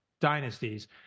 dynasties